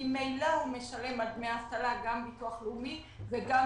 ממילא משלם על דמי האבטלה גם ביטוח לאומי וגם